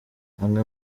amwe